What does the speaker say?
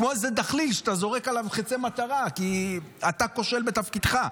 כמו איזה דחליל שאתה זורק עליו חיצי מטרה כי אתה כושל בתפקידך.